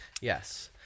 Yes